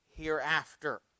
hereafter